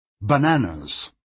Bananas